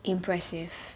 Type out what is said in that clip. impressive